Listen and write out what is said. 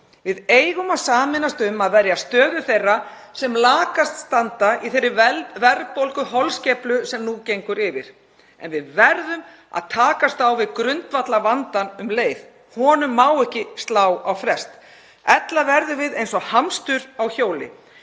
Við eigum að sameinast um að verja stöðu þeirra sem lakast standa í þeirri verðbólguholskeflu sem nú gengur yfir en við verðum að takast á við grundvallarvandann um leið. Honum má ekki slá á frest, ella verðum við eins og hamstur á hjóli.